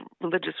religious